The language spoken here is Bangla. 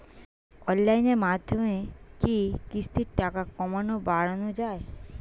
অনলাইনের মাধ্যমে কি কিস্তির টাকা কমানো বাড়ানো যায়?